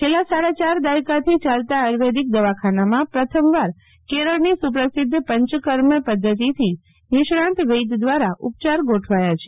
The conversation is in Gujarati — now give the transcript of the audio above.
છેલ્લા સાડા ચાર દાયકાથી ચાલતા આર્યુવેદિક દવાખાનામાં પ્રથમવાર કેરળની સુપ્રશિદ્ધ પંચકર્મ પદ્ધતિથી નિષ્ણાંત વૈધ દ્વારા ઉપયાર ગોઠવાય છે